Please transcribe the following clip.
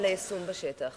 על היישום בשטח.